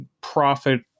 profit